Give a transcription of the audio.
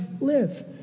live